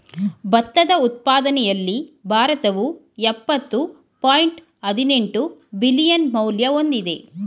ಭತ್ತದ ಉತ್ಪಾದನೆಯಲ್ಲಿ ಭಾರತವು ಯಪ್ಪತ್ತು ಪಾಯಿಂಟ್ ಹದಿನೆಂಟು ಬಿಲಿಯನ್ ಮೌಲ್ಯ ಹೊಂದಿದೆ